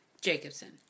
Jacobson